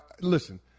Listen